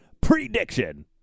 prediction